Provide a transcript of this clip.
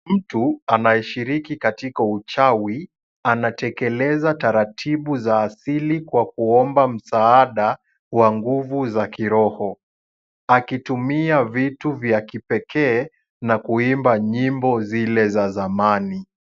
Mtu anayeshiriki katika uchawi, anatekeleza taratibu za asili kwa kuomba msaada kwa nguvu za kiroho, akitumia nguvu za kipekee na kuimba nyimbo zile za zamani.